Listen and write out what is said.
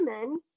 women